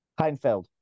Heinfeld